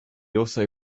also